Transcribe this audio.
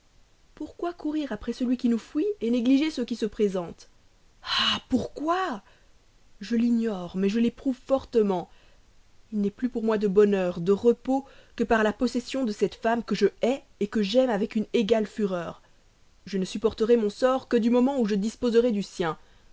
pourquoi courir après celui qui nous fuit négliger ceux qui se présentent ah pourquoi je l'ignore mais je l'éprouve fortement il n'est plus pour moi de bonheur de repos que par la possession de cette femme que je hais que j'aime avec une égale fureur je ne supporterai mon sort que du moment où je disposerai du sien